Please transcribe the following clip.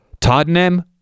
Tottenham